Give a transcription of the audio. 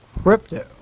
Crypto